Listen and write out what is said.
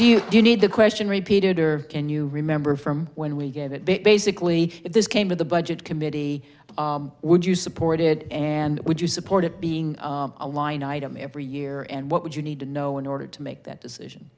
thank you you need the question repeated or can you remember from when we get it basically if this came with the budget committee would you support it and would you support it being a line item every year and what would you need to know in order to make that decision